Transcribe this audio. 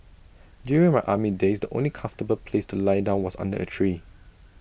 during my army days the only comfortable place to lie down was under A tree